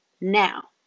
now